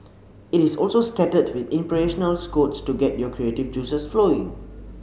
it is also scattered with quotes to get your creative juices flowing